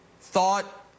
thought